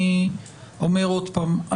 אני אומר עוד פעם,